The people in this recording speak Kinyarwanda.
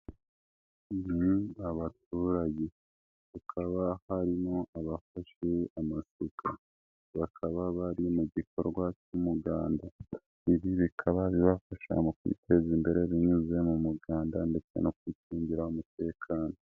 Ni abaturage hakaba harimo abafashe amasuka, bakaba bari mu gikorwa cy'umuganda. Ibi bikaba birabafasha mu kwiteza imbere binyuze mu muganda ndetse no kwicungira umutekano.